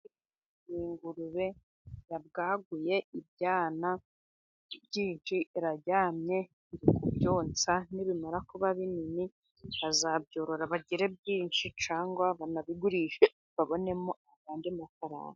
Ingurube yabwaguye ibyana byinshi. Iraryamye iri kubyonsa nibimara kuba binini bazabyorora bagire byinshi cyangwa banabigurishe babonemo andi mafaranga.